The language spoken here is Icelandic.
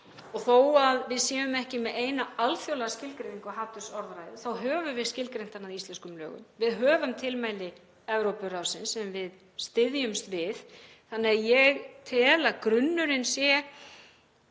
Þó að við séum ekki með eina alþjóðlega skilgreiningu á hatursorðræðu þá höfum við skilgreint hana að íslenskum lögum, við höfum tilmæli Evrópuráðsins sem við styðjumst við, þannig að ég tel að grunnurinn sé